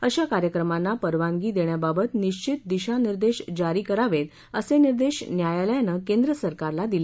अशा कार्यक्रमांना परवानगी देण्याबाबत निश्वित दिशानिर्देश जारी करावेत असं निर्देश न्यायालयानं केंद्रसरकारला दिले